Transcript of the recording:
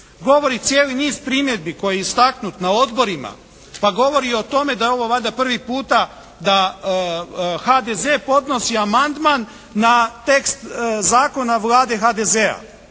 Govori cijeli niz primjedbi koji je istaknut na odborima, pa govori o tome da je ovo valjda prvi puta da HDZ podnosi amandman na tekst zakona Vlade HDZ-a.